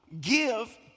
give